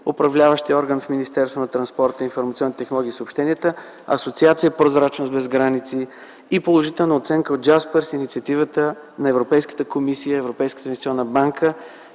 управляващият орган в Министерството на транспорта, информационните технологии и съобщенията, Асоциация „Прозрачност без граници” и от „Джаспърс” - инициативата на Европейската комисия, Европейската инвестиционна банка